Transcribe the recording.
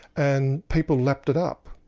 and people lapped it up,